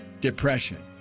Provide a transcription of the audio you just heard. depression